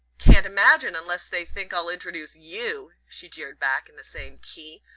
can't imagine unless they think i'll introduce you! she jeered back in the same key,